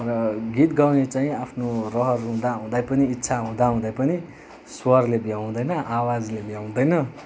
र गीत गाउने चाहिँ आफ्नो रहर हुँदाहुँदै पनि इच्छा हुँदाहुँदै पनि स्वरले भ्याउँदैन आवाजले भ्याउँदैन